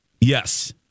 Yes